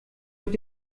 mit